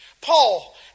Paul